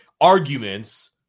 arguments